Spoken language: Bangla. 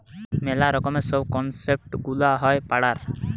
মেলা রকমের সব কনসেপ্ট গুলা হয় পড়ার